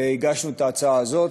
והגשנו את ההצעה הזאת.